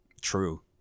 True